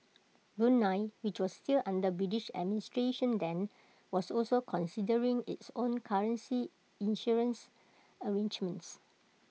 Brunei which was still under British administration then was also considering its own currency issuance arrangements